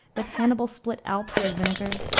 that hannibal split alps with vinegar,